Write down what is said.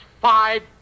five